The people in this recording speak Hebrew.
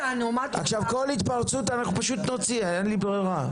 עכשיו כל התפרצות אנחנו פשוט נוציא אין לי ברירה,